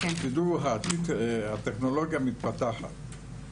הטכנולוגיה מתפתחת.